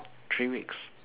three weeks